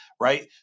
right